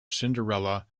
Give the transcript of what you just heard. cinderella